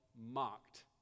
mocked